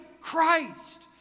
Christ